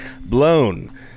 blown